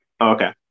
Okay